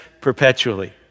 perpetually